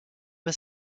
pas